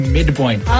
Midpoint